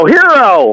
Hero